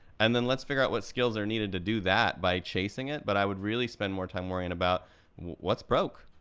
and then let's figure out what skills are needed to do that by chasing it, but i would really spend more time worrying about what's broke.